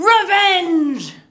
revenge